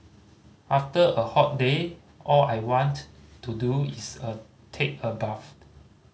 after a hot day all I want to do is take a bath